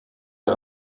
der